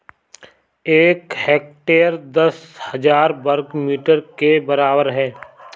एक हेक्टेयर दस हजार वर्ग मीटर के बराबर है